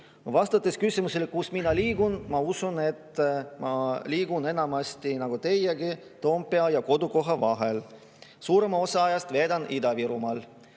Vastates küsimusele, kus mina liigun, siis ma liigun enamasti nagu teiegi, ma usun, Toompea ja kodukoha vahel. Suurema osa ajast veedan Ida-Virumaal.